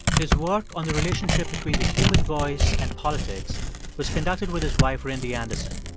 his work on the relationship between the human voice and politics was conducted with his wife, rindy anderson.